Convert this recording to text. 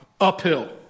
uphill